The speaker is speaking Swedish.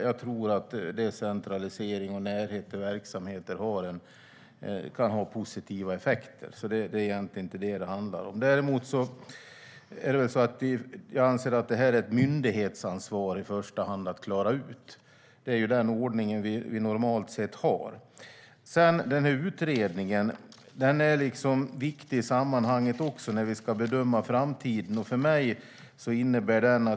Jag tror att decentralisering och närhet till verksamheter kan ha positiva effekter, så det är egentligen inte det som det handlar om. Däremot anser jag att det här i första hand är ett myndighetsansvar att klara ut. Det är den ordningen vi normalt sett har. Den här utredningen är viktig i sammanhanget också när vi ska bedöma framtiden.